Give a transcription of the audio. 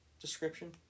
description